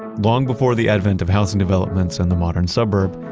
long before the advent of housing developments and the modern suburb,